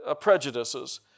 prejudices